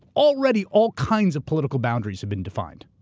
already all kinds of political boundaries have been defined.